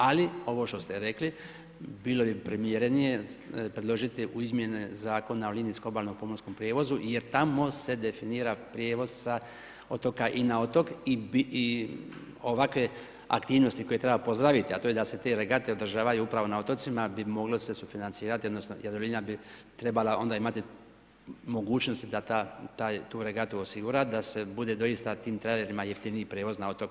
Ali, ovo što ste rekli, bilo je primjerenije predložiti u izmjene zakonska o linijskom obalnom pomorskom prijevozu jer tamo se definira prijevoz sa otoka i na otok i ovakve aktivnosti koje treba pozdraviti, a to je da se te regate održavaju upravo na otocima, bi moglo se sufinancirati odnosno, Jadrolinija bi trebala onda imati mogućnosti da tu regatu osigura, da se bude doista tim trajlerima jeftiniji prijevoz na otoke.